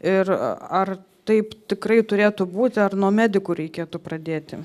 ir ar taip tikrai turėtų būti ar nuo medikų reikėtų pradėti